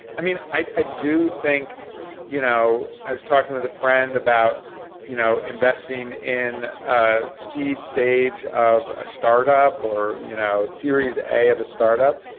i mean i do think you know i was talking with a friend about you know investing in seed stage of a startup or you know series a of a startup.